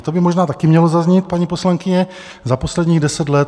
To by možná taky mělo zaznít, paní poslankyně, za posledních 10 let, 20 let.